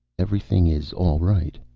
everything is all right.